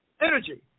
energy